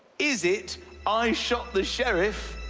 is it i shot the sheriff?